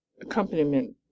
accompaniment